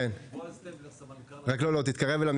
מתנצל,